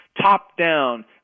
top-down